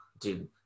Dude